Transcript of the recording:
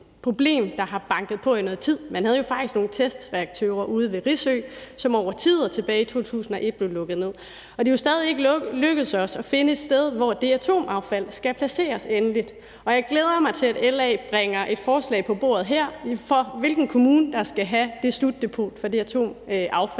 sådan har banket meget på i et stykke tid, for man havde jo faktisk nogle testreaktorer ude ved Risø, som over tid og tilbage i 2001 blev lukket ned. Det er stadig ikke lykkedes os at finde et sted, hvor det atomaffald skal placeres endeligt. Jeg glæder mig, til LA bringer et forslag på bordet her om, hvilken kommune der skal have det slutdepot for det atomaffald.